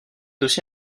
aussi